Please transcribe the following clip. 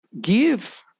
give